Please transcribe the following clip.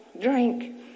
drink